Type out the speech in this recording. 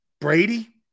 Brady